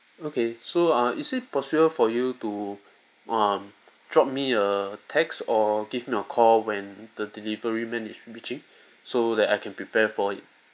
okay so uh is it possible for you to um drop me a text or give me a call when the delivery man is reaching so that I can prepare for it